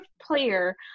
player